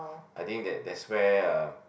I think that that's where uh